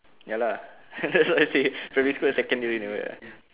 ya lah that's why I say primary school and secondary never ah